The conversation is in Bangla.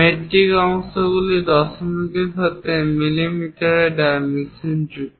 মেট্রিক অংশগুলি দশমিকের সাথে মিমিতে ডাইমেনশনযুক্ত